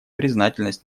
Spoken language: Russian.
признательность